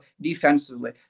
defensively